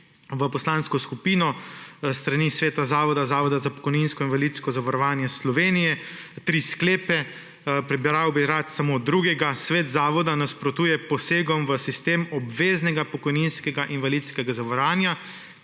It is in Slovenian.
v poslansko skupino s strani sveta Zavoda za pokojninsko in invalidsko zavarovanje Slovenije tri sklepe. Prebral bi rad samo drugega: »Svet zavoda nasprotuje posegom v sistem obveznega pokojninskega in invalidskega zavarovanja,